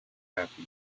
happy